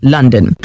London